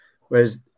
whereas